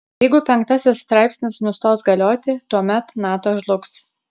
jeigu penktasis straipsnis nustos galioti tuomet nato žlugs